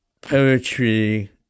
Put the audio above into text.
poetry